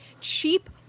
cheap